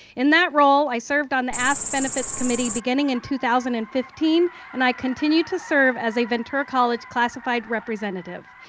in that role, i served on the ask benefits committee in two thousand and fifteen and i continue to serve as a ventura college classified representative.